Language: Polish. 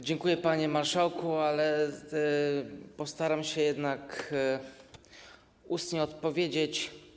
Dziękuję, panie marszałku, ale postaram się jednak ustnie odpowiedzieć.